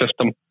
system